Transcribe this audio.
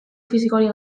fisikorik